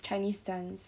chinese dance